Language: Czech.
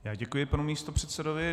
Já děkuji panu místopředsedovi.